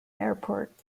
airport